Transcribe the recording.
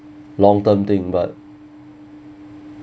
long term thing but